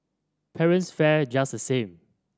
parents fared just the same